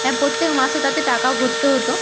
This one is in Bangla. হ্যাঁ প্রত্যেক মাসে তাতে টাকা ভরতে হতো